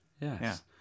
yes